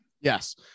yes